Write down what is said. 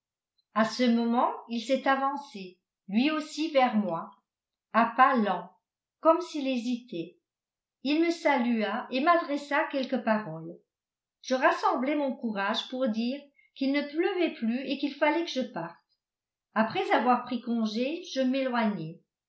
à ce moment il s'est avancé lui aussi vers moi à pas lents comme s'il hésitait il me salua et m'adressa quelques paroles je rassemblai mon courage pour dire qu'il ne pleuvait plus et qu'il fallait que je parte après avoir pris congé je m'éloignai